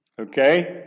Okay